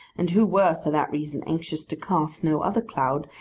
and who were for that reason anxious to cast no other cloud,